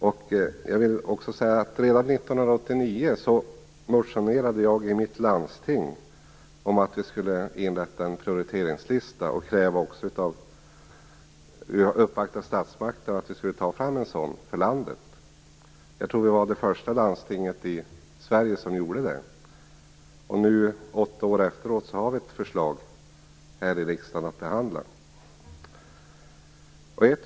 Redan 1989 motionerade jag i mitt landsting om att en prioriteringslista skulle inrättas och att vi skulle uppvakta statsmakterna om att en sådan lista skulle tas fram för landet. Jag tror att vi var det första landstinget i Sverige som gjorde detta. Nu, åtta år senare, har vi ett förslag om detta att behandla här i riksdagen.